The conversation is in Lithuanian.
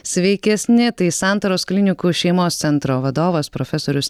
sveikesni tai santaros klinikų šeimos centro vadovas profesorius